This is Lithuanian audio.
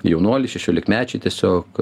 jaunuolį šešiolikmečiai tiesiog